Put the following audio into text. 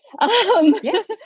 Yes